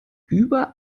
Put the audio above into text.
über